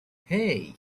hey